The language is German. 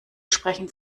sprechen